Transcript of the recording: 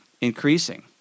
increasing